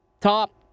top